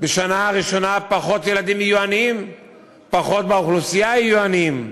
ובשנה הראשונה פחות ילדים יהיו עניים ופחות באוכלוסייה יהיו עניים.